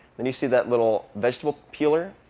then you see that little vegetable peeler.